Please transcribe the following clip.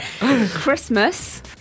Christmas